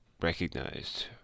recognized